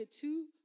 two